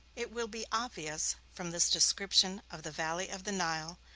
it will be obvious, from this description of the valley of the nile,